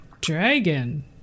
dragon